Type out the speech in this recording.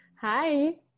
Hi